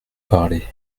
parler